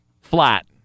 Flat